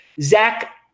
Zach